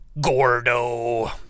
Gordo